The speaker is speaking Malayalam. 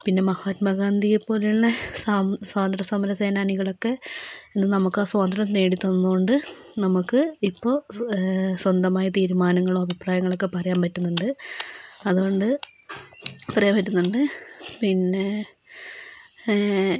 പിന്നെ മഹാത്മ ഗാന്ധിയെ പോലുള്ള സ്വാതന്ത്ര്യസമര സേനാനികളൊക്കെ ഇന്ന് നമുക്ക് ആ സ്വാതന്ത്ര്യം നേടിത്തന്നതുകൊണ്ട് നമുക്ക് ഇപ്പോൾ സ്വന്തമായ തീരുമാനങ്ങളോ അഭിപ്രായങ്ങളൊക്കെ പറയാൻ പറ്റുന്നുണ്ട് അതുകൊണ്ട് പറയാൻ പറ്റുന്നുണ്ട് പിന്നെ